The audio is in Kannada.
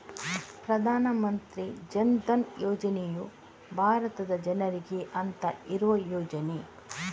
ಪ್ರಧಾನ ಮಂತ್ರಿ ಜನ್ ಧನ್ ಯೋಜನೆಯು ಭಾರತದ ಜನರಿಗೆ ಅಂತ ಇರುವ ಯೋಜನೆ